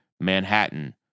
Manhattan